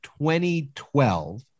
2012